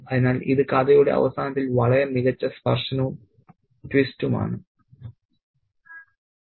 അതിനാൽ ഇത് കഥയുടെ അവസാനത്തിൽ വളരെ മികച്ച സ്പർശനവും ട്വിസ്റ്റും ആണ്